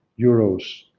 euros